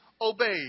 Obeyed